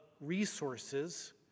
resources